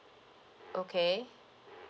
okay